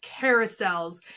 carousels